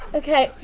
okay.